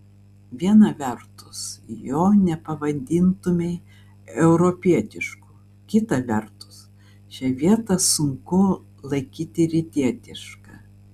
viena vertus jo nepavadintumei europietišku kita vertus šią vietą sunku laikyti rytietiška